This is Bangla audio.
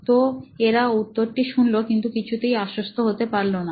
তো এরা উত্তর টি শুনলো কিন্তু কিছুতেই আস্বস্ত হতে পারলো না